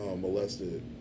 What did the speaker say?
molested